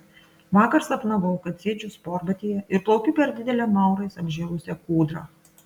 vakar sapnavau kad sėdžiu sportbatyje ir plaukiu per didelę maurais apžėlusią kūdrą